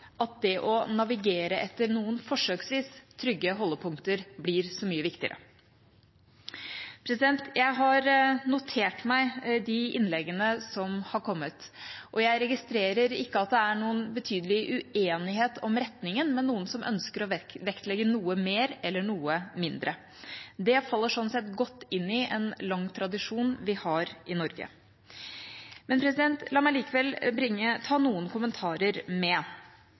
at det å navigere etter noen – forsøksvis – trygge holdepunkter blir så mye viktigere. Jeg har notert meg de innleggene som har kommet, og jeg registrerer at det ikke er noen betydelig uenighet om retningen, men at noen ønsker å vektlegge noe mer eller noe mindre. Det faller sånn sett godt inn i en lang tradisjon vi har i Norge. Men la meg likevel ta med noen kommentarer.